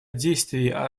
действий